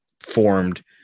formed